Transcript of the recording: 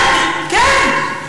כן כן,